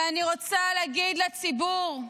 אני רוצה להגיד לציבור: